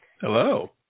Hello